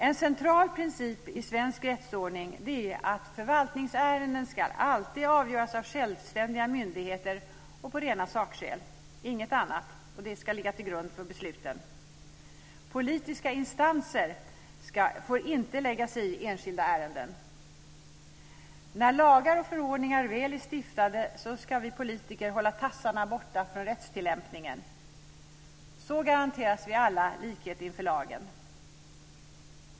En central princip i svensk rättsordning är att förvaltningsärenden alltid ska avgöras av självständiga myndigheter och att rena sakskäl, inget annat, ska ligga till grund för besluten. Politiska instanser får inte lägga sig i enskilda ärenden. När lagar och förordningar väl är stiftade ska vi politiker hålla tassarna borta från rättstillämpningen. Så garanteras vi alla likhet inför lagen.